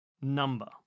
number